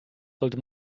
sollte